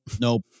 Nope